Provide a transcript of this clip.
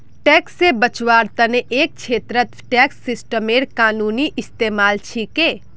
tax से बचवार तने एक छेत्रत टैक्स सिस्टमेर कानूनी इस्तेमाल छिके